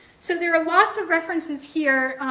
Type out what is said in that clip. so there are lots of references here,